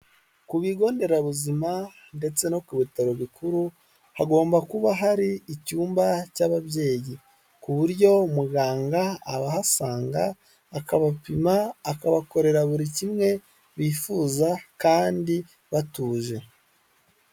Ku bigo nderabuzima ndetse no ku bitaro bikuru, hagomba kuba hari icyumba cy'ababyeyi. Ku buryo umuganga abahasanga akabapima, akabakorera buri kimwe bifuza kandi batuje.